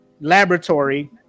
laboratory